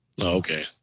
okay